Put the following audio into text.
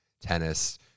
tennis